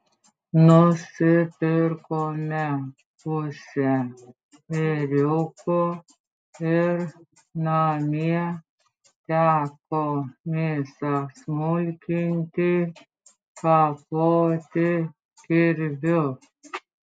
nusipirkome pusę ėriuko ir namie teko mėsą smulkinti kapoti kirviu